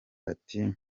ati